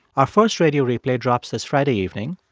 our first radio replay drops this friday evening.